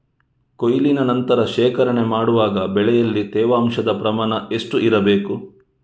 ಕೊಯ್ಲಿನ ನಂತರ ಶೇಖರಣೆ ಮಾಡುವಾಗ ಬೆಳೆಯಲ್ಲಿ ತೇವಾಂಶದ ಪ್ರಮಾಣ ಎಷ್ಟು ಇರಬೇಕು?